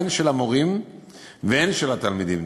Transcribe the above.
הן של המורים והן של התלמידים.